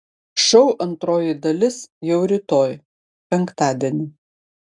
šou antroji dalis jau rytoj penktadienį